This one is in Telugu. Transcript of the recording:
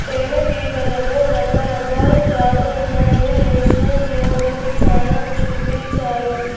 తేనెటీగలలో రకరకాల జాతులున్నాయని నేషనల్ జియోగ్రఫీ ఛానల్ చూపించారు